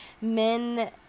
men